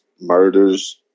murders